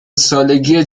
سالگی